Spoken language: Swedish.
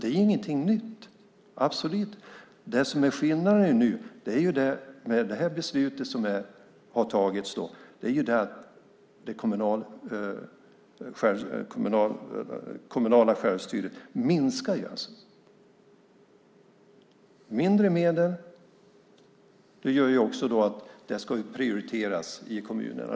Det är inte något nytt. Skillnaden med det här beslutet är att det kommunala självstyret minskar. Mindre medel gör att det ska prioriteras i kommunerna.